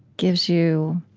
gives you